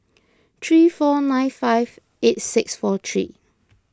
three four nine five eight six four three